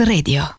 Radio